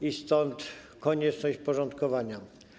I stąd konieczność porządkowania.